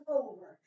over